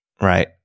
right